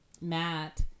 Matt